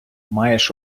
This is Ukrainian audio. маєш